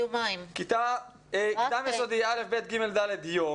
ביסודי, כיתות א', ב', ג', ד' יום.